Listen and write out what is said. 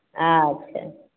अच्छे